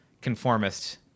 conformists